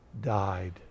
died